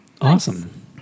Awesome